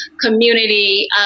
community